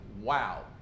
Wow